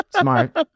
Smart